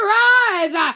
rise